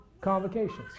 convocations